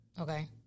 Okay